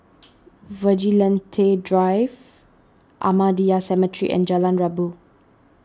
Vigilante Drive Ahmadiyya Cemetery and Jalan Rabu